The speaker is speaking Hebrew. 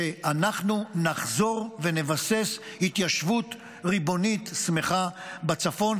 שאנחנו נחזור ונבסס התיישבות ריבונית שמחה בצפון.